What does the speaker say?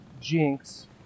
Jinx